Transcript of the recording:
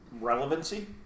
Relevancy